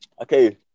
Okay